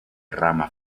rama